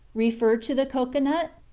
refer to the cocoa nut?